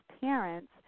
parents